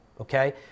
Okay